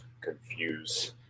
confuse